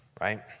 Right